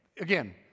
again